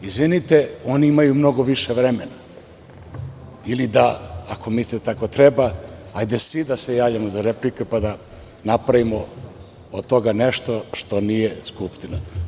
Izvinite, oni imaju mnogo više vremena, ili da, ako mislite da tako treba, hajde svi da se javimo za replike, pa da napravimo od toga nešto što nije Skupština.